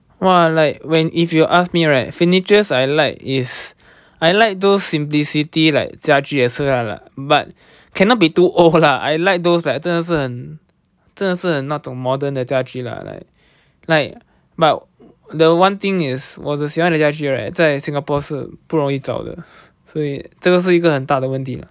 !wah! like when if you ask me right furnitures I like is I like those simplicity like 家具也是啦 but cannot be too old lah I like those like 真的是很真的是很那种很 modern 的家具啦 like but the one thing is 我只喜欢的家具 right 在 Singapore 是不容易找的所以这个是一个很大的问题啦